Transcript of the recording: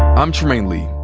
i'm trymaine lee.